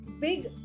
big